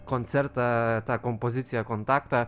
koncertą tą kompoziciją kontaktą